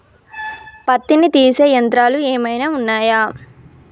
పత్తిని తీసే యంత్రాలు ఏమైనా ఉన్నయా?